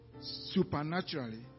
Supernaturally